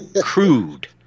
crude